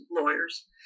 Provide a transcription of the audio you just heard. lawyers